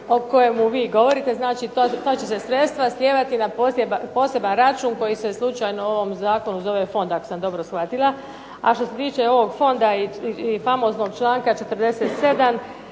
o kojemu vi govorite. Znači, ta će se sredstva slijevati na poseban račun koji se slučajno u ovom zakonu zove fond ako sam dobro shvatila. A što se tiče ovog fonda i famoznog članka 47.